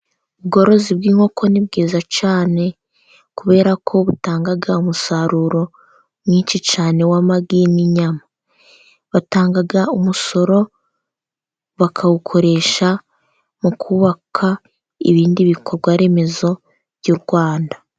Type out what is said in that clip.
Ubworozi bw'inkoko ni bwiza cyane, kubera ko butangaga umusaruro mwinshi cyane w'amagi n'inyama. Batangaga umusoro bakawukoresha mu kubaka ibindi bikorwaremezo by'u Rwanda.